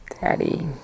Daddy